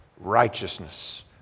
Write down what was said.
Righteousness